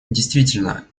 действительно